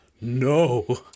no